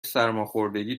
سرماخوردگی